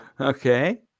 Okay